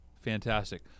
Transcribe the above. Fantastic